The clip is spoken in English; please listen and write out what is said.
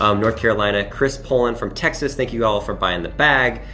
um north carolina. chris pullen from texas. thank you all for buying, the bag.